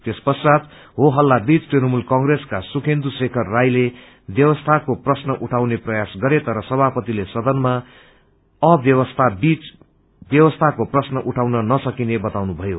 त्यस पश्चात हो हल्ला बीच तृणमूल कंग्रेसका सुखेन्दू शेखर रायले व्यवस्थाको प्रश्न उठाउने प्रयास गरे तर सभापतिले सदनमा अव्यवस्था बीच व्यवस्थाको प्रश्न उठाउन नसकिने बताउनुभयो